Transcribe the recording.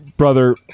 Brother